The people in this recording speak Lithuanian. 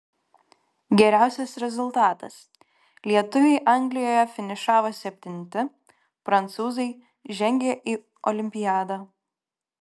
geriausias rezultatas lietuviai anglijoje finišavo septinti prancūzai žengė į olimpiadą